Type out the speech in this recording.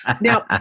Now